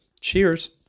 Cheers